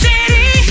City